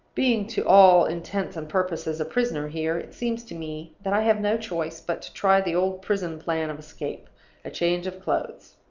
being to all intents and purposes a prisoner here, it seems to me that i have no choice but to try the old prison plan of escape a change of clothes.